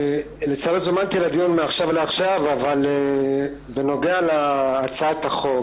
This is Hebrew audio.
לצערי זומנתי לדיון מעכשיו לעכשיו אבל בנוגע להצעת החוק